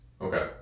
Okay